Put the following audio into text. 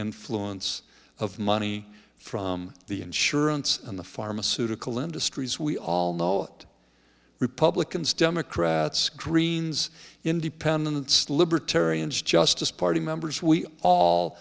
influence of money from the insurance and the pharmaceutical industries we all know republicans democrats greens independents libertarians justice party members we all